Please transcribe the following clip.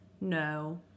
no